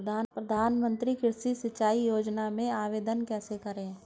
प्रधानमंत्री कृषि सिंचाई योजना में आवेदन कैसे करें?